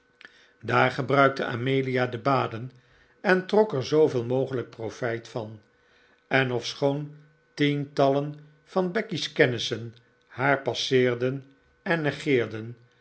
daar gebruikte amelia de baden en trok er zoo veel mogelijk profljt van en ofschoon tientallen van becky's kennissen haar passeerden en negeerden